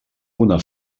una